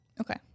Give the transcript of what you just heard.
Okay